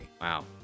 Wow